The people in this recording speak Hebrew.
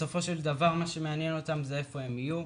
בסופו של דבר מה שמעניין אותם זה איפה הם יהיו,